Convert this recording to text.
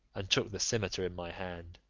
and took the cimeter in my hand.